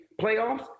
playoffs